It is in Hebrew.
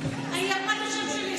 (הוראת שעה,